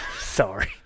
Sorry